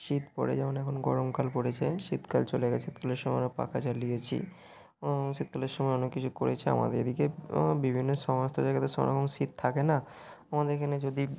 শীত পড়ে যেমন এখন গরমকাল পড়েছে শীতকাল চলে গেছে দোলের সময় আমরা পাখা চালিয়েছি শীতকালের সময় অনেক কিছু করেছি আমাদের এদিকে বিভিন্ন সমস্ত জায়গায় তো সব রকম শীত থাকে না আমাদের এখানে যদি